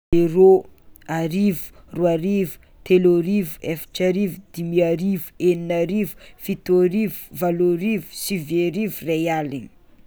Zero, arivo, roarivo, teloarivo, efatrarivo, dimarivo, eniniarivo, fitoarivo, valoarivo, siviarivo, ray aligny.